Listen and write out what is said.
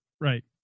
right